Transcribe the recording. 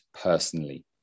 personally